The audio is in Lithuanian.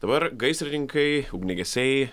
dabar gaisrininkai ugniagesiai